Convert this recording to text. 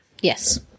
Yes